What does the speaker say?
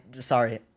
Sorry